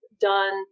done